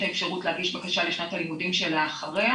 האפשרות להגיש בקשה לשנת הלימודים שלאחריה.